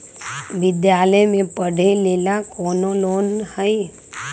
विद्यालय में पढ़े लेल कौनो लोन हई?